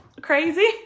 crazy